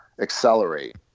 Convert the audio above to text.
accelerate